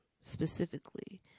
specifically